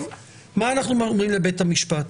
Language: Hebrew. מה אנחנו אומרים עכשיו לבית המשפט